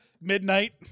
midnight